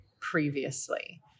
previously